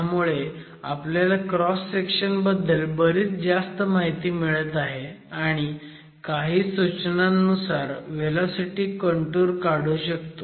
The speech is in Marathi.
ह्यामुळे आपल्याला क्रॉस सेक्शन बद्दल बरीच जास्त माहिती मिळत आहे आणि काही सूचनांनुसार व्हेलॉसिटी काँटूर काढू शकतो